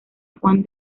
juan